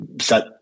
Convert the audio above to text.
set